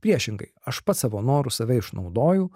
priešingai aš pats savo noru save išnaudoju